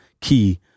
key